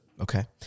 Okay